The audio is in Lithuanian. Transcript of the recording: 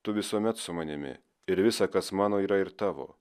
tu visuomet su manimi ir visa kas mano yra ir tavo